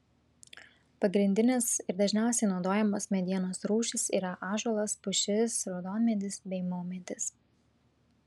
pagrindinės ir dažniausiai naudojamos medienos rūšys yra ąžuolas pušis raudonmedis bei maumedis